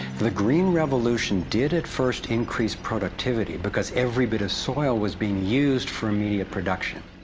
the green revolution did at first increase productivity because every bit of soil was being used for immediate production,